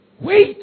Wait